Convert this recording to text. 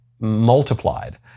multiplied